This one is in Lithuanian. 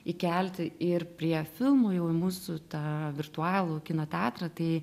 įkelti ir prie filmų jau į mūsų tą virtualų kino teatrą tai